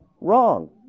Wrong